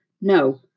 No